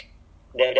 oh